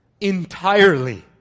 entirely